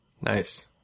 Nice